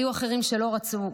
היו אחרים שלא רצו.